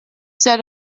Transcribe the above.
sehr